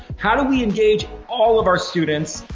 how do we engage all of our students?